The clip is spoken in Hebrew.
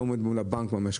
לא עומד מול הבנק במשכנתא.